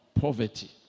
Poverty